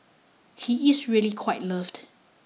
he is really quite loved